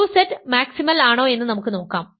അതിനാൽ 2Z maximal ആണോയെന്ന് നമുക്ക് നോക്കാം